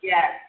Yes